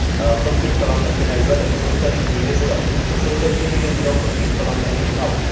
compete खालामनो होनाय जादों सयता टीमनि गेजेराव त' सयता टीमनि गेजेराव कम्पिट खालामनायनि उनाव